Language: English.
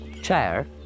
chair